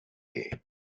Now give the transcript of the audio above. day